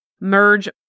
merge